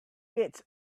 kids